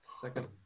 Second